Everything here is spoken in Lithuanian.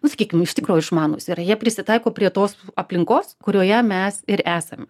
nu sakykim iš tikro išmanūs yra jie prisitaiko prie tos aplinkos kurioje mes ir esam